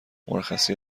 مرخصی